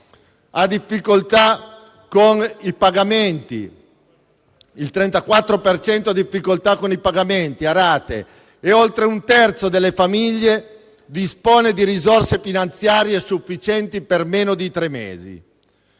e il 34 per cento ha difficoltà con i pagamenti delle rate e oltre un terzo delle famiglie dispone di risorse finanziarie sufficienti per meno di tre mesi.